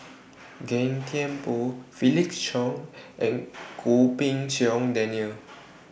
Gan Thiam Poh Felix Cheong and Goh Pei Siong Daniel